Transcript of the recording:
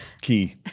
Key